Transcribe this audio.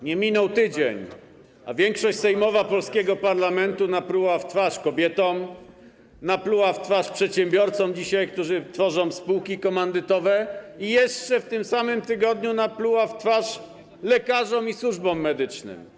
Nie minął tydzień, a większość sejmowa polskiego parlamentu napluła w twarz kobietom, napluła dzisiaj w twarz przedsiębiorcom, którzy tworzą spółki komandytowe, i jeszcze w tym samym tygodniu napluła w twarz lekarzom i służbom medycznym.